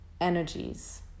energies